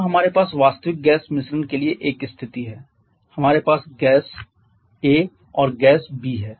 यहां हमारे पास वास्तविक गैस मिश्रण के लिए एक स्थिति है हमारे पास गैस A और गैस B हैं